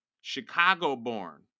Chicago-born